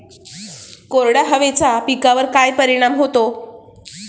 कोरड्या हवेचा पिकावर काय परिणाम होतो?